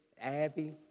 Abby